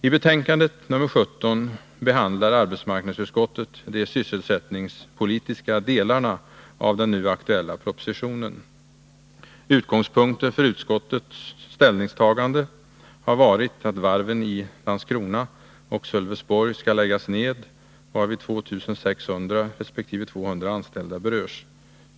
I betänkandet nr 17 behandlar arbetsmarknadsutskottet de sysselsättningspolitiska delarna av den nu aktuella propositionen. Utgångspunkter för utskottets ställningstagande har varit att varven i Landskrona och Sölvesborg skall läggas ned, varvid 2600 resp. 200 anställda berörs.